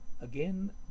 Again